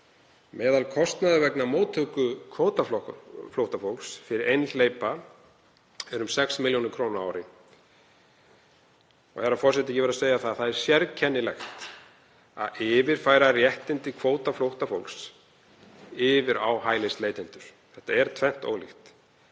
Meðalkostnaður vegna móttöku kvótaflóttafólks fyrir einhleypa er um 6 millj. kr. á ári og, herra forseti, ég verð að segja að það er sérkennilegt að yfirfæra réttindi kvótaflóttafólks yfir á hælisleitendur. Þetta er tvennt ólíkt,